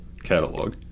catalog